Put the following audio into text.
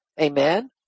Amen